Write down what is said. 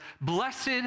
Blessed